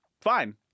fine